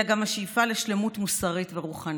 אלא גם השאיפה לשלמות מוסרית ורוחנית".